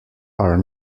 are